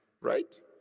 right